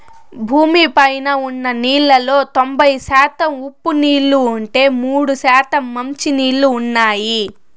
భూమి పైన ఉన్న నీళ్ళలో తొంబై శాతం ఉప్పు నీళ్ళు ఉంటే, మూడు శాతం మంచి నీళ్ళు ఉన్నాయి